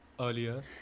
earlier